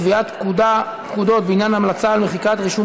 קביעת פקודות בעניין המלצה על מחיקת רישום